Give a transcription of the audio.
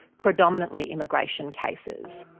predominantly immigration cases.